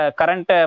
current